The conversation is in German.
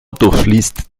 durchfließt